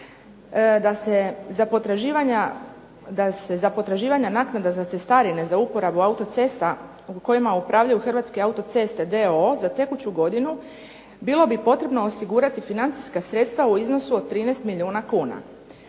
da se za potraživanja naknada za cestarine za uporabu autocesta kojima upravljaju Hrvatske autoceste d.o.o. za tekuću godinu, bilo bi potrebno osigurati financijska sredstva u iznosu od 13 milijuna kuna.